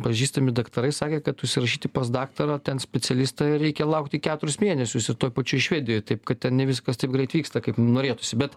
pažįstami daktarai sakė kad užsirašyti pas daktarą ten specialistą reikia laukti keturis mėnesius ir toj pačioj švedijoj taip kad ten ne viskas taip greit vyksta kaip norėtųsi bet